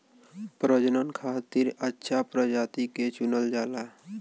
प्रजनन खातिर अच्छा प्रजाति के चुनल जाला